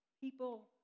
People